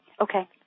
Okay